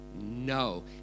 No